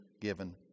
given